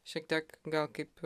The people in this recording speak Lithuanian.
šiek tiek gal kaip